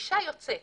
כשאישה יוצאת